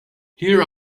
here